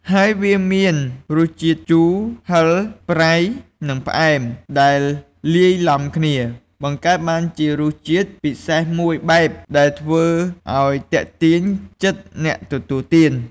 ហើយវាមានរសជាតិជូរ ហឹរ ប្រៃ និងផ្អែម ដែលលាយឡំគ្នា បង្កើតបានជារសជាតិពិសេសមួយបែប ដែលធ្វើឱ្យទាក់ទាញចិត្តអ្នកទទួលទាន។